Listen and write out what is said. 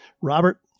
Robert